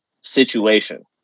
situation